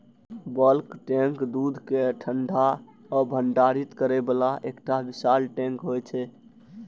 bulk tank दूध कें ठंडा आ भंडारित करै बला एकटा विशाल टैंक होइ छै